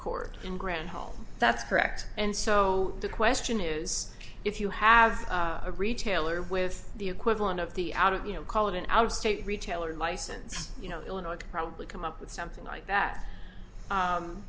court and granholm that's correct and so the question is if you have a retailer with the equivalent of the out of you know call it an out of state retailer license you know illinois could probably come up with something like that